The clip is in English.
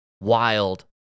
wild